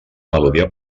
melodia